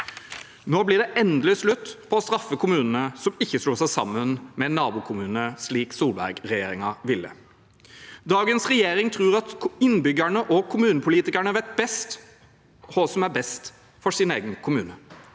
Nå blir det endelig slutt på å straffe kommunene som ikke slo seg sammen med en nabokommune, slik Solberg-regjeringen ville. Dagens regjering tror at innbyggerne og kommunepolitikerne vet hva som er best for sin egen kommune,